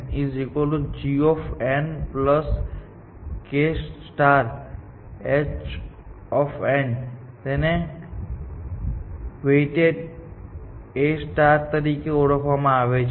f g kh તેને weighted A તરીકે ઓળખવામાં આવે છે